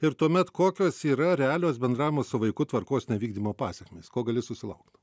ir tuomet kokios yra realios bendravimo su vaiku tvarkos nevykdymo pasekmės ko gali susilaukt